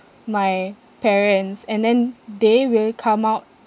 my parents and then they will come out